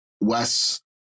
Wes